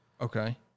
Okay